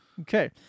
Okay